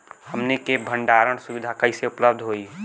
हमन के भंडारण सुविधा कइसे उपलब्ध होई?